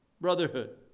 brotherhood